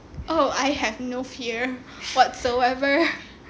oh I have no fear whatsoever